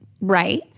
right